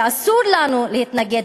שאסור לנו להתנגד,